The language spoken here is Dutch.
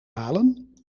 halen